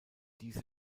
diese